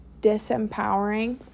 disempowering